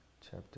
chapter